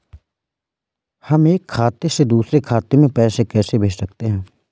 हम एक खाते से दूसरे खाते में पैसे कैसे भेज सकते हैं?